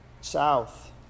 south